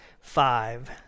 five